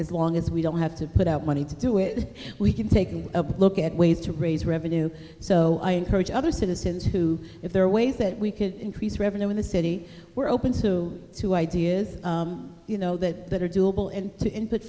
as long as we don't have to put out money to do it we can take a look at ways to raise revenue so i encourage other citizens to if there are ways that we can increase revenue in the city we're open so to ideas you know that are doable and to